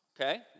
okay